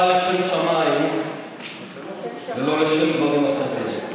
אבל לשם שמיים ולא לשם דברים אחרים.